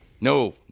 No